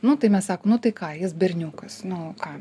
nu tai mes sakom nu tai ką jis berniukas nu ką